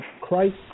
Christ